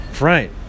Right